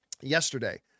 yesterday